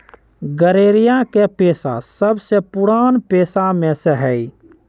गरेड़िया के पेशा सबसे पुरान पेशा में से हई